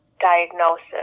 diagnosis